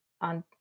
on